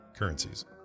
currencies